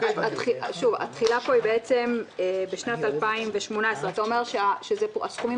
התחילה היא בשנת 2018. אתה אומר שהסכומים